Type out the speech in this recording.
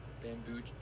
bamboo